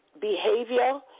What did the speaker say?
behavior